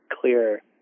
clear